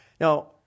Now